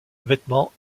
vêtements